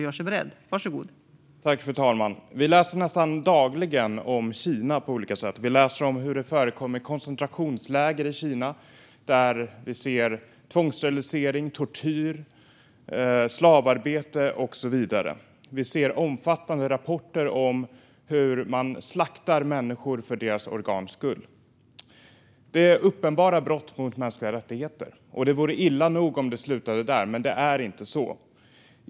Fru talman! Vi läser nästan dagligen om Kina, om hur det förekommer koncentrationsläger med tvångssterilisering, tortyr, slavarbete med mera. Vi får också omfattande rapporter om hur man slaktar människor för deras organ. Detta är uppenbara brott mot mänskliga rättigheter. Det vore illa nog om det slutade där, men det gör det inte.